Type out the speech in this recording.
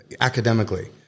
academically